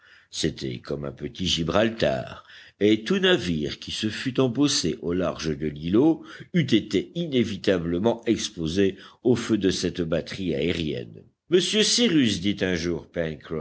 c'était comme un petit gibraltar et tout navire qui se fût embossé au large de l'îlot eût été inévitablement exposé au feu de cette batterie aérienne monsieur cyrus dit un jour